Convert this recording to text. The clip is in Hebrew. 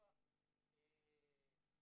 עזרא,